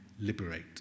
liberate